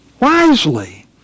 wisely